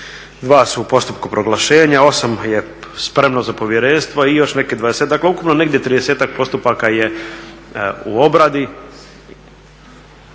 dva su u postupku proglašenja, 8 je spremno za povjerenstvo i još nekih 20-ak, ukupno negdje 30-ak postupaka je u obradi,